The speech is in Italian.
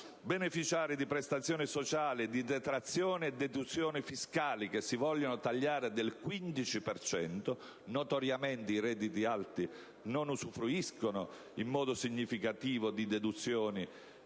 beneficiari delle prestazioni sociali, delle detrazioni e delle deduzioni fiscali che si vogliono tagliare del 15 per cento (notoriamente i redditi alti non usufruiscono in modo significativo di deduzioni